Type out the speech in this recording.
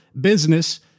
business